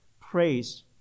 praise